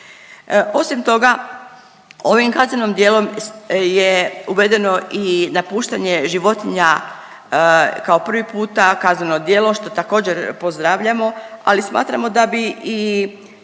Osim toga, ovim kaznenim djelom je uvedeno i napuštanje životinja kao prvi puta kazneno djelo što također pozdravljamo, ali smatramo da bi i